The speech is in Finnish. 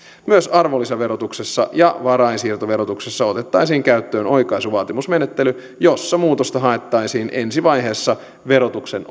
myös arvonlisäverotuksessa ja varainsiirtoverotuksessa otettaisiin käyttöön oikaisuvaatimusmenettely jossa muutosta haettaisiin ensivaiheessa verotuksen